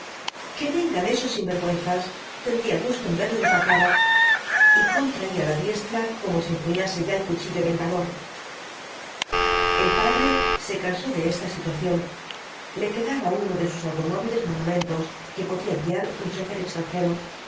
que vengan esos sinvergüenzas tendría gusto en verles la cara y contraía la diestra como si empuñase ya el cuchillo vengador el padre se cansó de esta situación le quedaba uno de sus automóviles monumentos que podía guiar un chófer extranjero